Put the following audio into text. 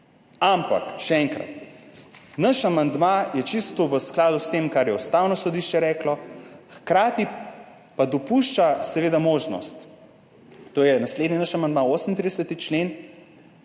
Ampak, še enkrat, naš amandma je čisto v skladu s tem, kar je Ustavno sodišče reklo, hkrati pa dopušča seveda možnost – to je naš naslednji amandma, 38. člen,